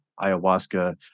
ayahuasca